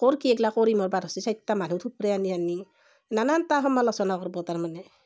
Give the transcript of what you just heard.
ক'ৰ কি এইগ্লা কৰি মৰবা ধচ্ছি চাইট্টা মানুহ থুপৰে আনি আনি নানানটা সমালোচনা কৰবো তাৰমানে